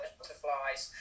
butterflies